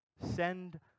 Send